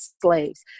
slaves